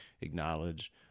acknowledge